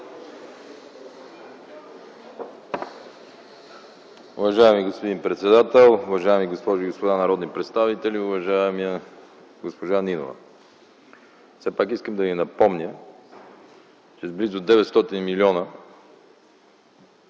Уважаеми господин председател, уважаеми госпожи и господа народни представители! Уважаема госпожа Нинова, все пак искам да Ви напомня, че с близо 900 милиона